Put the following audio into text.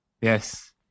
yes